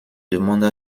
demande